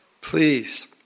Please